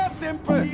simple